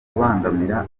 kubangamira